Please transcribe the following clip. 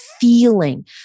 feeling